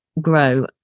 grow